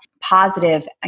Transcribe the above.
positive